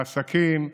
בעסקים,